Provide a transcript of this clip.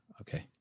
Okay